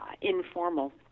informal